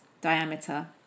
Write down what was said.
diameter